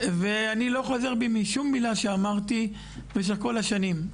ואני לא חוזר בי משום מילה שאמרתי במשך כל השנים,